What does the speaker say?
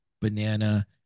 banana